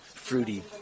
fruity